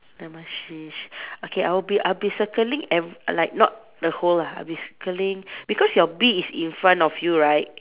never mind okay I will be I'll circling ev~ like not the whole lah I'll be circling because your bee is in front of you right